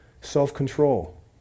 self-control